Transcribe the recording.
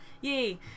Yay